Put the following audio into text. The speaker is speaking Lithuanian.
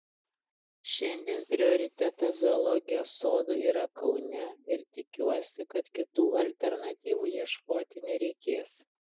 šiandien prioritetas zoologijos sodui yra kaune ir tikiuosi kad kitų alternatyvų ieškoti nereikės